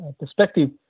perspective